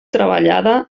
treballada